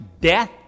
death